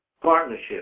partnership